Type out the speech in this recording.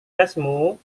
jasmu